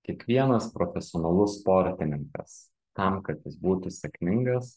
kiekvienas profesionalus sportininkas tam kad jis būtų sėkmingas